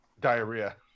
diarrhea